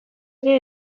ere